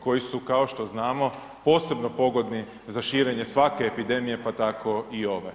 koji su kao što znamo posebno pogodni za širenje svake epidemije pa tako i ove.